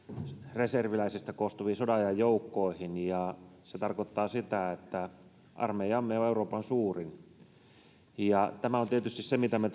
reserviläisistä koostuviin sodan ajan joukkoihin ja se tarkoittaa sitä että armeijamme on euroopan suurin tämä on tietysti se mitä me